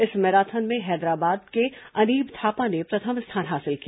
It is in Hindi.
इस मैराथन में हैदराबाद के अनीब थापा ने प्रथम स्थान हासिल किया